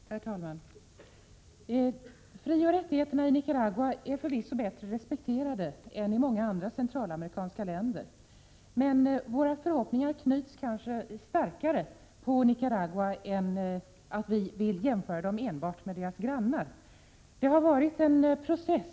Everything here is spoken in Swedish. Herr talman! De mänskliga frioch rättigheterna är i Nicaragua förvisso bättre respekterade än i många andra centralamerikanska länder, men vi knyter kanske starkare förhoppningar till Nicaragua än vad som skulle vara befogat enbart vid en jämförelse med dess grannländer.